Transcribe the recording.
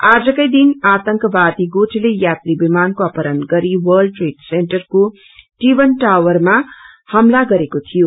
आजकै दिन आतंक वादी गुटले यात्री विमानको अपहरण गरी वर्ल्ड ट्रेड सेन्टर को टिवन टावरमा हमला गरेको तीीयो